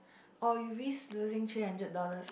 oh you risk losing three hundred dollars